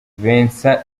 vincent